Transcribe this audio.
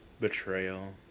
Betrayal